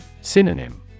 Synonym